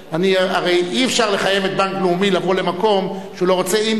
הרי אי-אפשר לחייב את בנק לאומי לבוא למקום שהוא לא רוצה,